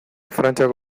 frantziako